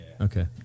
Okay